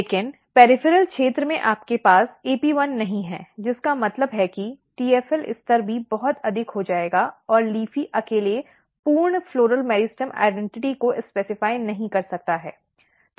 लेकिन पॅरिफ़ॅरॅल क्षेत्र में आपके पास AP1 नहीं है जिसका मतलब है कि TFL स्तर भी बहुत अधिक हो जाएगा और LEAFY अकेले पूर्ण फ़्लॉरल मेरिस्टेम पहचान को निर्दिष्ट नहीं कर सकता है